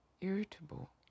irritable